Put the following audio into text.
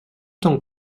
temps